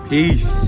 Peace